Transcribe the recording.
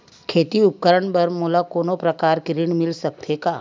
खेती उपकरण बर मोला कोनो प्रकार के ऋण मिल सकथे का?